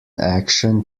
action